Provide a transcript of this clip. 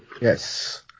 Yes